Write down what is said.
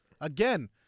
again